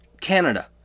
Canada